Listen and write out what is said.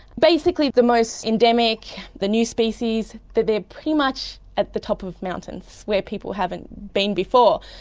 basically the most endemic, the new species, they are pretty much at the top of mountains where people haven't been before.